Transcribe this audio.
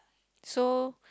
so